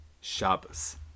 Shabbos